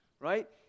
Right